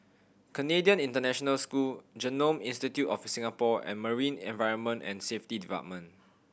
Canadian International School Genome Institute of Singapore and Marine Environment and Safety Department